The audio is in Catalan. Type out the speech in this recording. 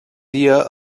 dia